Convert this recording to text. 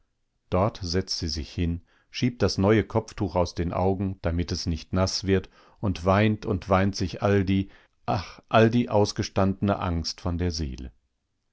dort setzt sie sich hin schiebt das neue kopftuch aus den augen damit es nicht naß wird und weint und weint sich all die ach all die ausgestandene angst von der seele